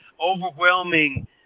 overwhelming